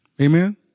Amen